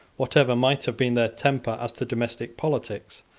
whatever might have been their temper as to domestic politics,